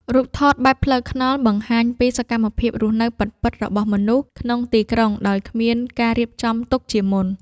រូបថតបែបផ្លូវថ្នល់ បង្ហាញពីសកម្មភាពរស់នៅពិតៗរបស់មនុស្សក្នុងទីក្រុងដោយគ្មានការរៀបចំទុកជាមុន។